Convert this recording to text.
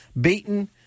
beaten